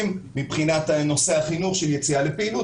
מבחינת נושא החינוך של יציאה לפעילות.